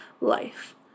Life